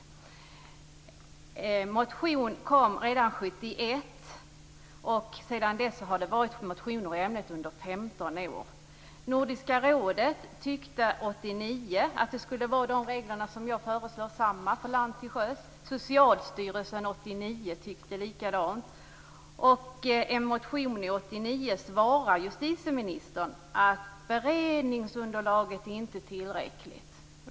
En motion kom redan 1971. Sedan dess har man motionerat i ämnet i femton år. Nordiska rådet tyckte 1989 att det skall vara de regler som jag föreslår, nämligen samma till lands och till sjöss. Socialstyrelsen tyckte likadant 1989. En motion 1989 besvarar justitieministern med att beredningsunderlaget inte är tillräckligt.